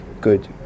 Good